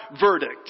verdict